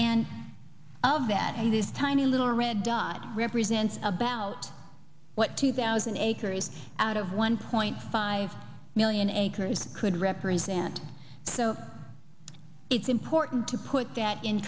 and of that in this tiny little red dot represents about what two thousand acres out of one point five million acres could represent so it's important to put that in